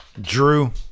Drew